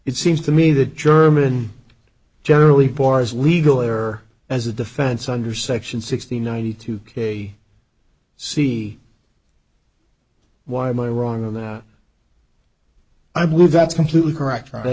it seems to me that german generally pours legal or as a defense under section sixty ninety two k c why am i wrong on that i believe that's completely correct that